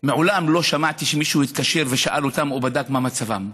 מעולם לא שמעתי שמישהו התקשר ושאל אותם או בדק מה מצבם,